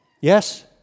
Yes